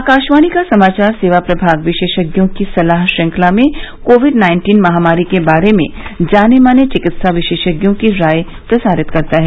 आकाशवाणी का समाचार सेवा प्रभाग विशेषज्ञों की सलाह श्रृंखला में कोविड नाइन्टीन महामारी के बारे में जाने माने चिकित्सा विशेषज्ञों की राय प्रसारित करता है